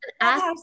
ask